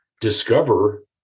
discover